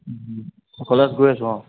college গৈ আছোঁ অঁ